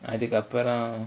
அதுக்கு அப்புறம்:athukku appuram